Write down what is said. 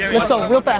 let's go, real